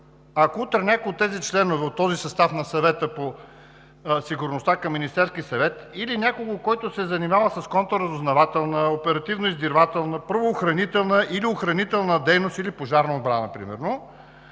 ако утре някой от тези членове от този състав на Съвета по сигурността към Министерския съвет или някой, който се е занимавал с контраразузнавателна, оперативно-издирвателна, правоохранителна или охранителна дейност, или противопожарна отбрана примерно